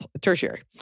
tertiary